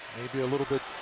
maybe a little bit